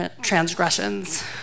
transgressions